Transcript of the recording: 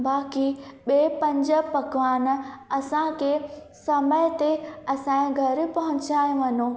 बाकी ॿिए पंज पकवान असांखे समय ते असांजी घरु पहुचाए वञो